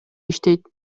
иштейт